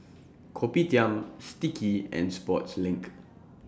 Kopitiam Sticky and Sportslink